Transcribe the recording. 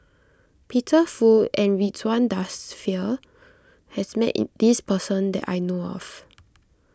Peter Fu and Ridzwan Dzafir has met it this person that I know of